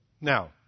Now